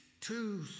two